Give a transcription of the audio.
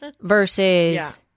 versus